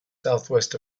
southwest